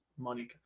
Money